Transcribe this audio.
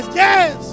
yes